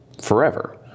forever